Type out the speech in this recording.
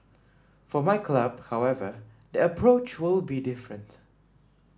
for my club however the approach will be different